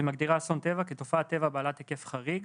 שמגדירה אסון טבע: תופעת טבע בעלת היקף חריג,